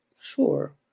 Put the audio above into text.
Sure